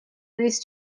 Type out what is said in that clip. these